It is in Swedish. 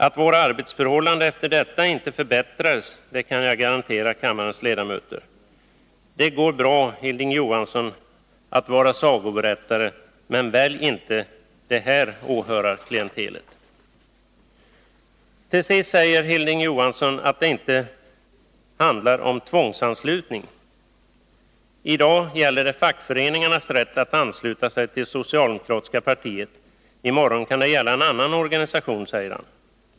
Att våra arbetsförhållanden efter detta inte förbättrades kan jag garantera kammarens ledamöter. Det går bra, Hilding Johansson, att vara sagoberättare — men välj inte det här åhörarklientelet. Till sist säger Hilding Johansson att det inte handlar om tvångsanslutning. I dag gäller det fackföreningarnas rätt att ansluta sig till det socialdemokratiska partiet — i morgon kan det gälla en annan organisation, säger han.